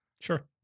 Sure